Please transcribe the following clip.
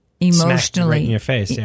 emotionally